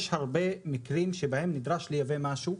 יש הרבה מקרים שבהם נדרש לייבא משהו,